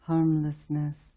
Harmlessness